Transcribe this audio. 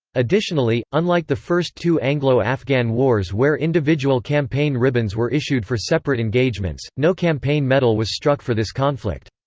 additionally, unlike the first two anglo-afghan wars where individual campaign ribbons were issued for separate engagements, no campaign medal was struck for this conflict.